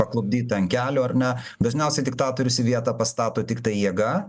paklupdyta ant kelių ar ne dažniausiai diktatorius į vietą pastato tiktai jėga